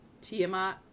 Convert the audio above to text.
Tiamat